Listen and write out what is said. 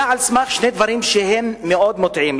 זה היה על סמך שני דברים, שהם מאוד מוטעים.